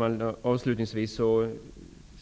Herr talman!